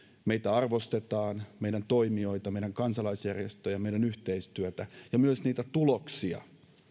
meitä arvostetaan meidän toimijoita meidän kansalaisjärjestöjä meidän yhteistyötä ja myös niitä tuloksia